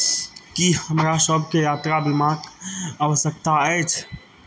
कि हमरा सभकेँ यात्रा बीमाके आवश्यकता अछि